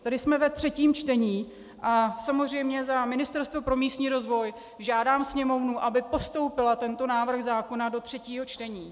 Tedy jsme ve třetím čtení a samozřejmě za Ministerstvo pro místní rozvoj žádám Sněmovnu, aby postoupila tento návrh zákona do třetího čtení.